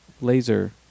laser